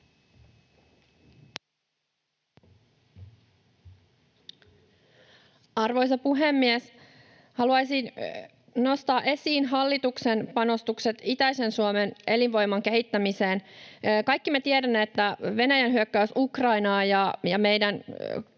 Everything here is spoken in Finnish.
Arvoisa puhemies! Haluaisin nostaa esiin hallituksen panostukset itäisen Suomen elinvoiman kehittämiseen. Kaikki me tiedämme, että Venäjän hyökkäys Ukrainaan ja meidän